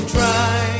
try